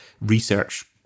research